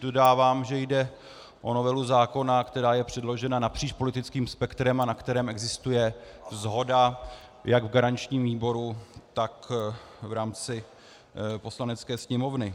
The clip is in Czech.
Dodávám, že jde o novelu zákona, která je předložena napříč politickým spektrem a na které existuje shoda jak v garančním výboru, tak v rámci Poslanecké sněmovny.